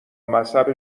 مذهب